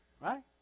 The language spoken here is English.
right